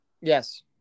Yes